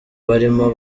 barimu